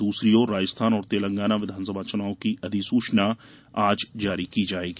दूसरी ओर राजस्थान और तेलंगाना विधानसभा चुनाव की अधिसूचना आज जारी की जायेगी